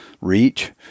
reach